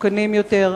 מסוכנים יותר,